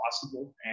possible